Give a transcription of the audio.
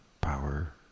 power